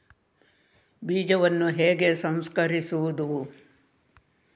ಬೀಜವನ್ನು ಹೇಗೆ ಸಂಸ್ಕರಿಸುವುದು?